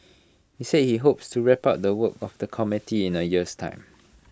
he said he hopes to wrap up the work of the committee in A year's time